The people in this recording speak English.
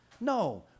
No